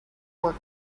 work